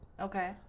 Okay